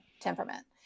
temperament